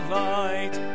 light